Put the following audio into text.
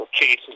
cases